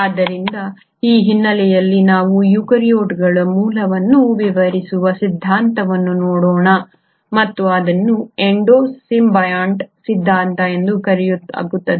ಆದ್ದರಿಂದ ಈ ಹಿನ್ನೆಲೆಯಲ್ಲಿ ನಾವು ಯುಕ್ಯಾರಿಯೋಟ್ಗಳ ಮೂಲವನ್ನು ವಿವರಿಸುವ ಸಿದ್ಧಾಂತವನ್ನು ನೋಡೋಣ ಮತ್ತು ಅದನ್ನು ಎಂಡೋ ಸಿಂಬಿಯಾಂಟ್ ಸಿದ್ಧಾಂತ ಎಂದು ಕರೆಯಲಾಗುತ್ತದೆ